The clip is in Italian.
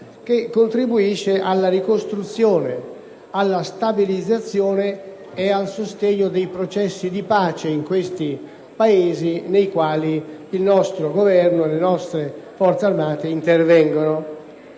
che contribuiscono alla ricostruzione, alla stabilizzazione e al sostegno dei processi di pace nei Paesi in cui il nostro Governo e le nostre Forze armate sono intervenute.